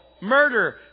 murder